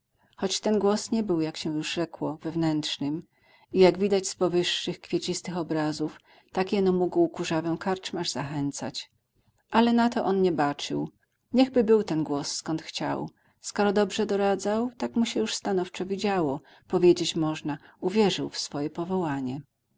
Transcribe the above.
choć ten głos nie był jak się już rzekło wewnętrznym i jak widać z powyższych kwiecistych obrazów tak jeno mógł kurzawę żyd karczmarz zachęcać ale na to on nie baczył niech był ten głos skąd chciał skoro dobrze doradzał tak mu się już stanowczo widziało powiedzieć można uwierzył w swoje powołanie